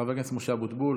את חבר הכנסת משה אבוטבול,